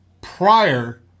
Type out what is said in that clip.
prior